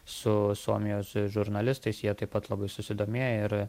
su suomijos žurnalistais jie taip pat labai susidomėję ir